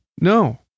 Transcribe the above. no